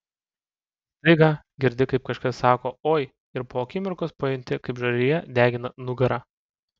staiga girdi kaip kažkas sako oi ir po akimirkos pajunti kaip žarija degina nugarą